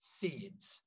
seeds